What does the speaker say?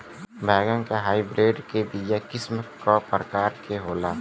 बैगन के हाइब्रिड के बीया किस्म क प्रकार के होला?